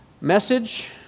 Message